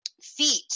feet